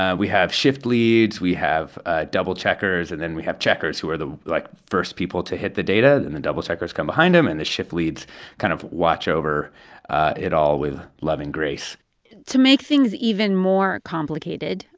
ah we have shift leads. we have ah double-checkers. and then, we have checkers who are the, like, first people to hit the data. then the double-checkers come behind them. and the shift leads kind of watch over it all with loving grace to make things even more complicated,